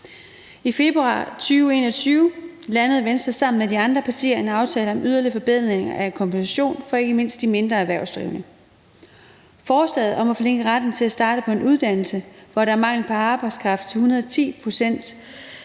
I februar 2021 landede Venstre sammen med de andre partier en aftale om en yderligere forbedring af kompensation for ikke mindst de mindre erhvervsdrivende. Forslaget om at forlænge retten til at starte på en uddannelse inden for fag, hvor der er mangel på arbejdskraft, til 110 pct.s